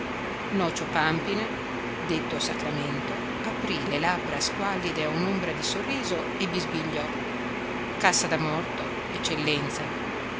nocio pàmpina detto sacramento aprì le labbra squallide a un'ombra di sorriso e bisbigliò cassa da morto eccellenza